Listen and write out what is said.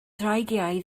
dreigiau